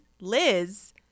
Liz